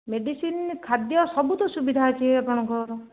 medicine ଖାଦ୍ୟ ସବୁ ତ ସୁବିଧା ଅଛି ଆପଣଙ୍କର